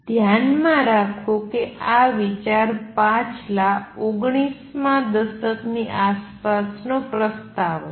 ધ્યાનમાં રાખો કે આ વિચાર પાછલા ઓગણીસમા દસકની આસપાસનો પ્રસ્તાવ હતો